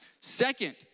Second